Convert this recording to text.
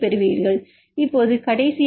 இப்போது கடைசியாக ஒரு E49S செரீன் 2